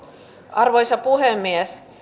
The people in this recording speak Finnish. arvoisa puhemies